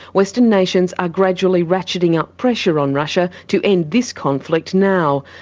western nations are gradually ratcheting up pressure on russia to end this conflict now.